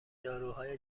داروهای